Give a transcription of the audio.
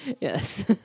yes